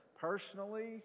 personally